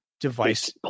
device –